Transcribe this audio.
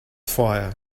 fire